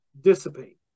dissipate